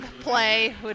play